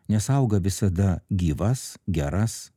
nes auga visada gyvas geras